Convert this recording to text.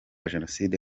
jenoside